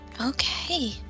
Okay